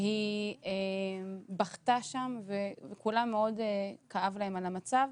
היא בכתה שם וכולם, מאוד כאב להם על המצב.